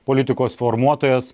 politikos formuotojas